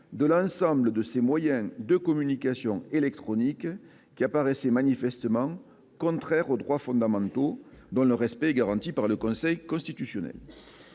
de l'ensemble de ses moyens de communication électronique. Cette mesure paraissait manifestement contraire aux droits fondamentaux, dont le respect est garanti par le Conseil constitutionnel.